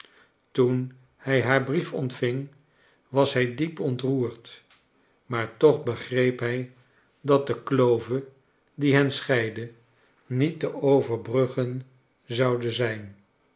toen hij haar brief ontving was hij diep ontroerd maar toch begreep hij dat de klove die hen scheidde niet te overbruggen zoude zijn